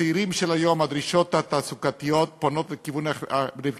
לצעירים של היום הדרישות התעסוקתיות של היום פונות לכיוונים אחרים,